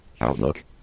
Outlook